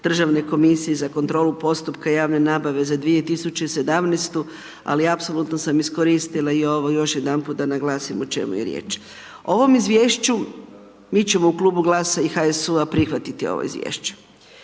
Državne komisije za kontrolu postupka javne nabave za 2017. ali apsolutno sam iskoristila i ovo još jedanputa da naglasim o čemu je riječ. O ovom izvješću mi ćemo u klubu GLAS-a i HSU-a prihvatiti ovo izvješće.